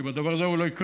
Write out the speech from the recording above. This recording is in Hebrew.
אם הדבר הזה לא יקרה,